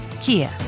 Kia